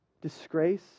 Disgrace